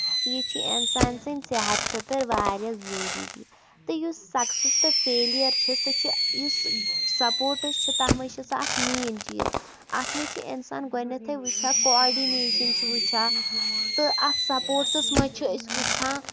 یہِ چھُ اِنسان سنٛدۍ صحت خٲطرٕ واریاہ ضروٗری تہٕ یُس سَکسیٚس تہٕ فیلِیر چھُ سُہ چھُ یُس سَپوٹٕس چھُ تَتھ منٛز چھُ سُہ اکھ مین چیٖز اَتھ منٛز چھُ اِنسان گۄڈٕنیتھٕے وُچھان کاڈِنیشن چھُ وُچھان تہٕ اَتھ سَپوٹسس منٛز چھِ أسۍ وُچھان